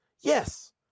yes